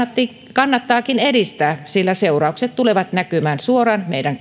kannattaakin edistää sillä seuraukset tulevat näkymään suoraan meidän